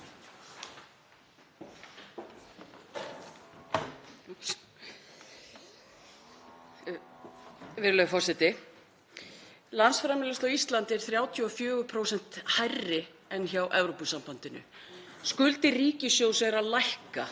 Virðulegur forseti. Landsframleiðsla á Íslandi er 34% hærri en hjá Evrópusambandinu, skuldir ríkissjóðs eru að lækka,